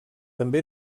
també